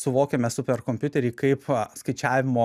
suvokiame superkompiuterį kaip skaičiavimo